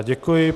Děkuji.